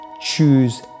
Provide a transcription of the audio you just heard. choose